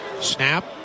Snap